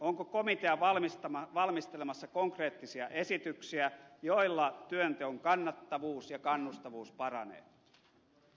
onko komitea valmistelemassa konkreettisia esityksiä joilla työnteon kannattavuus ja kannustavuus paranee